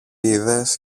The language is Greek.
είδες